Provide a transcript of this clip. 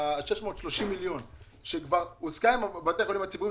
630 מיליון שקל שכבר הוסכם לתת לבתי החולים הציבוריים,